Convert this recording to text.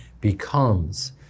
becomes